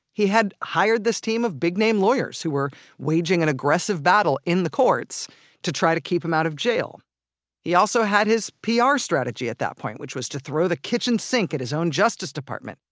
he had hired this team of big-name lawyers who were waging an aggressive battle in the courts to try to keep him out of jail he also had his ah pr strategy at that point, which was to throw the kitchen sink at his own justice department,